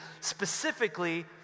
specifically